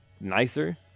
nicer